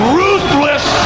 ruthless